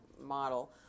model